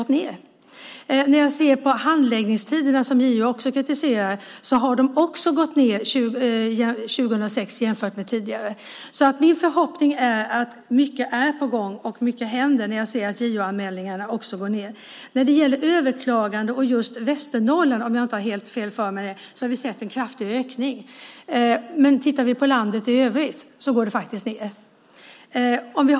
JO har också kritiserat handläggningstiderna. De har också gått ned under 2006 jämfört med tidigare. Min förhoppning är att mycket är på gång och att mycket händer i och med att antalet JO-anmälningar också sjunkit. När det gäller överklaganden i Västernorrland - om jag inte har helt fel - har vi sett en kraftig ökning. Men för landet i övrigt går det faktiskt ned.